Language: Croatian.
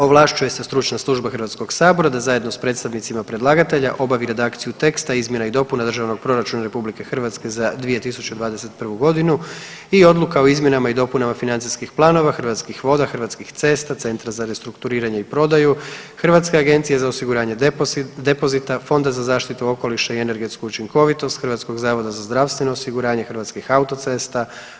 Ovlašćuje se Stručna služba Hrvatskog sabora da zajedno s predstavnicima predlagatelja obavi redakciju teksta izmjena i dopuna Državnog proračuna RH za 2021. godinu i odluka o izmjenama i dopunama financijskih planova Hrvatskih voda, Hrvatskih cesta, Centra za restrukturiranje i prodaju, Hrvatske agencije za osiguranje depozita, Fonda za zaštitu okoliša i energetsku učinkovitost, HZZO, Hrvatskih autocesta,